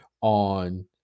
on